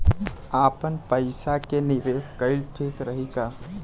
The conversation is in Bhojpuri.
आपनपईसा के निवेस कईल ठीक रही का?